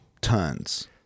tons